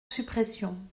suppression